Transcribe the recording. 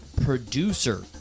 producer